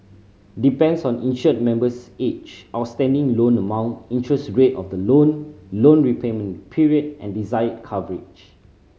depends on insured member's age outstanding loan amount interest rate of the loan loan repayment period and desired coverage